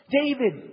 David